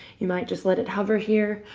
you might just let it hover here,